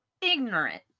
ignorant